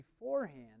beforehand